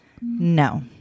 No